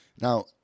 Now